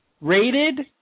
Rated